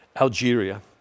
Algeria